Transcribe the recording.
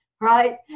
right